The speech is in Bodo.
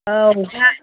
औ दा